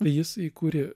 jis įkūrė